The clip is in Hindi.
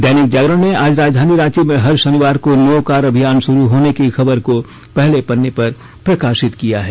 दैनिक जागरण ने आज राजधानी रांची में हर शनिवार को नो कार अभियान शुरू होने की खबर को पहले पन्ने पर प्रकाशित किया है